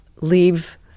leave